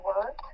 work